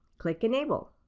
click enable.